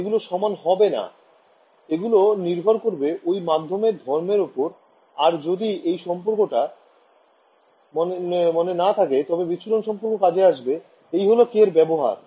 এগুলো সমান হবে না এগুলো নির্ভর করবে ঐ মাধ্যমের ধর্মের ওপর আর যদি এই সম্পর্কটা মনে না থাকে তবে বিচ্ছুরণ সম্পর্ক কাজে আসবে এই হল k এর ব্যবহার